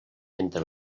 entre